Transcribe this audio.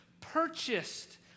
purchased